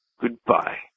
Goodbye